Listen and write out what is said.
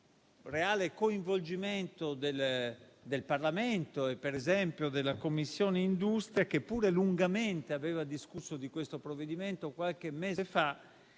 reale coinvolgimento del Parlamento e, per esempio, della Commissione industria, che pure lungamente ha discusso di questo provvedimento qualche mese fa,